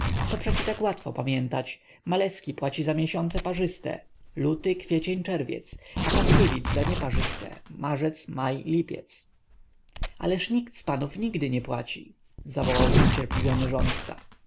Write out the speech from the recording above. to przecie tak łatwo pamiętać maleski płaci za miesiące parzyste luty kwiecień czerwiec a patkiewicz za nieparzyste marzec maj lipiec ależ nikt z panów nigdy nie płaci zawołał zniecierpliwiony rządca a